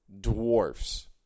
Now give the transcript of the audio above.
dwarfs